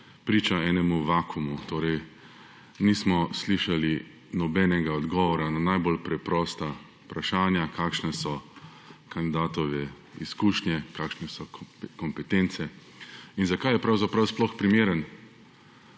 priča enemu vakumu torej nismo slišali nobenega odgovora na najbolj preprosta vprašanja kakšne so kandidatove izkušnje, kakšne so kompetence in zakaj je pravzaprav sploh primeren